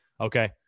Okay